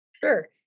Sure